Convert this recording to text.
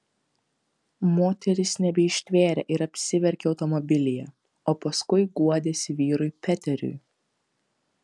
moteris nebeištvėrė ir apsiverkė automobilyje o paskui guodėsi vyrui peteriui